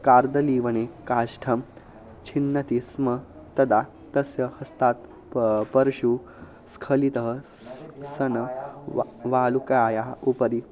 कार्दलीवने काष्ठं छिन्नति स्म तदा तस्य हस्तात् पा परशु स्खलितः सन् व बालुकायाः उपरि